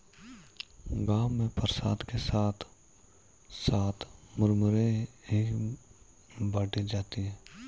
गांव में प्रसाद के साथ साथ मुरमुरे ही बाटी जाती है